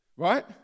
right